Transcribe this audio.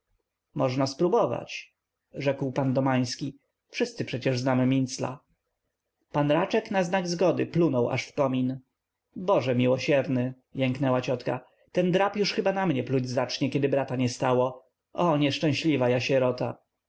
można spróbować rzekł p domański wszyscy przecież znamy mincla p raczek na znak zgody plunął aż w komin boże miłosierny jęknęła ciotka ten drab już chyba na mnie pluć zacznie kiedy brata nie stało o nieszczęśliwa ja sierota